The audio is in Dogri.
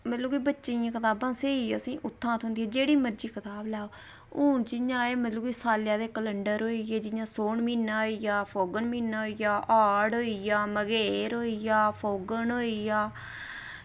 मतलब की बच्चें दियां कताबां स्हेई असेंगी उत्थां थ्होंदियां जेह्ड़ी मरज़ी कताब लैओ हून मतलब की जियां एह् सालै आह्ले केलैंडर होइये जियां सौन म्हीना होइया फाल्गुन म्हीना होइया हाड़ होइया मगेर होइया फाल्गुन होई गेआ